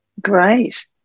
Great